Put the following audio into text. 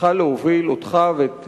צריכה להוביל אותך ואת